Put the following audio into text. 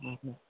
हां हां